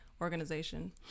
organization